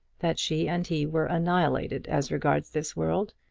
that she and he were annihilated as regards this world,